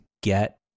get